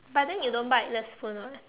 but then you don't bite the spoon [what]